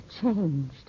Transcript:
changed